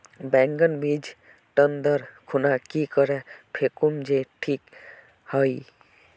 बैगन बीज टन दर खुना की करे फेकुम जे टिक हाई?